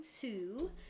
two